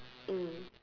mm